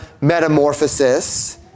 metamorphosis